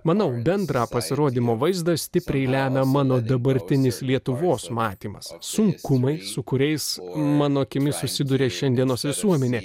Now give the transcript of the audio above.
manau bendrą pasirodymo vaizdą stipriai lemia mano dabartinis lietuvos matymas sunkumai su kuriais mano akimis susiduria šiandienos visuomenė